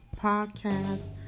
podcast